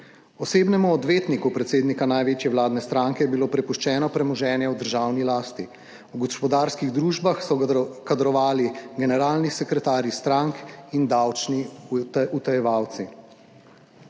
Osebnemu odvetniku predsednika največje vladne stranke je bilo prepuščeno premoženje v državni lasti, v gospodarskih družbah so kadrovali generalni sekretarji strank in davčni utajevalci.